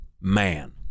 man